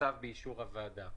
בצו באישור הוועדה.